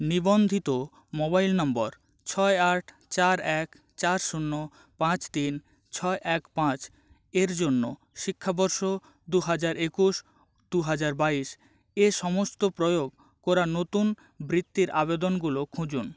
নিবন্ধিত মোবাইল নম্বর ছয় আট চার এক চার শূন্য পাঁচ তিন ছয় এক পাঁচ এর জন্য শিক্ষাবর্ষ দু হাজার একুশ দু হাজার বাইশ এ সমস্ত প্রয়োগ করা নতুন বৃত্তির আবেদনগুলো খুঁজুন